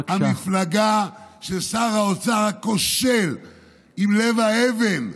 ובמה המפלגה של שר האוצר הכושל עם לב האבן,